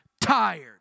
tired